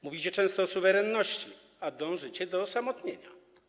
Mówicie często o suwerenności, a dążycie do osamotnienia.